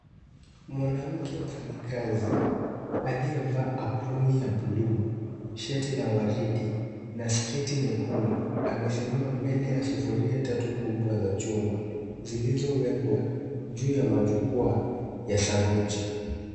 Mwanamke mfanyikazi, aliyevaa aproni ya bluu, shati la waridi na sketi nyekundu, amesimama mbele ya sufuria tatu kubwa za chuma zilizowekwa juu ya majukwa, ya saruji.